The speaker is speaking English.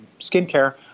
skincare